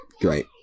great